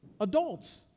Adults